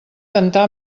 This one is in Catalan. cantar